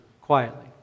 quietly